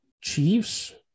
Chiefs